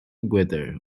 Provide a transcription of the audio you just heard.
wither